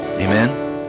Amen